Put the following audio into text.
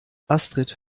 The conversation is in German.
astrid